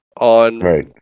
on